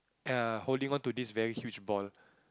err holding on to this very huge ball